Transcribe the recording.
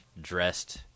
dressed